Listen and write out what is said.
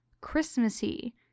Christmassy